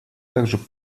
также